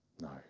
No